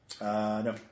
no